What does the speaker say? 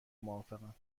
موافقم